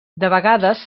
vegades